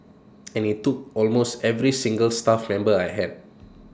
and he took almost every single staff member I had